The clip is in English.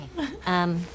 Okay